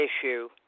issue